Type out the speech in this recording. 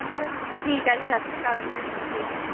uncle ਜੀ ਠੀਕ ਹੈ ਜੀ ਸਤਿ ਸ਼੍ਰੀ ਅਕਾਲ ਜੀ ਠੀਕ ਹੈ ਜੀ